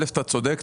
אתה צודק,